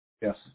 Yes